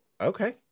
okay